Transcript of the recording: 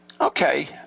okay